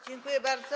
Dziękuję bardzo.